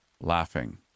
laughing